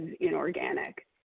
inorganic